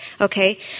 okay